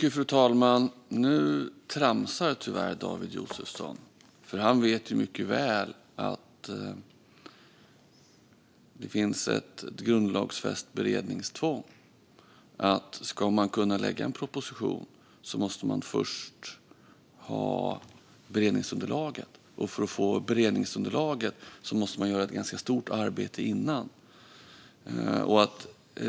Fru talman! Nu tramsar tyvärr David Josefsson, för han vet ju mycket väl att det finns ett grundlagsfäst beredningstvång. Ska man kunna lägga en proposition måste man först ha beredningsunderlaget, och för att få beredningsunderlaget måste man göra ett ganska stort arbete innan dess.